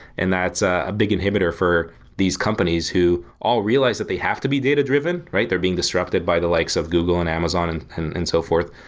and that's a big inhibitor for these companies who all realize that they have to be data-driven, right? they're being disrupted by the likes of google and amazon and and and so forth,